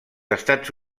estats